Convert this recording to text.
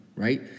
right